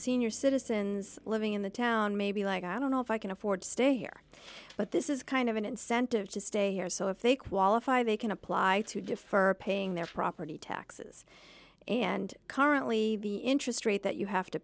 senior citizens living in the town maybe like i don't know if i can afford to stay here but this is kind of an incentive to stay here so if they qualify they can apply to defer paying their property taxes and currently the interest rate that you have to